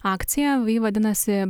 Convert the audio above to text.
akciją ji vadinasi